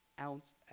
ounce